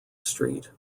street